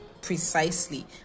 precisely